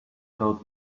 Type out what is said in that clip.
told